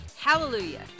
Hallelujah